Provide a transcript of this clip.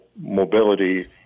mobility